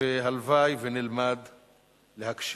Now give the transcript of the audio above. והלוואי שנלמד להקשיב.